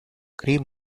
cream